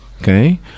Okay